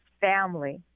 family